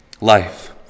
life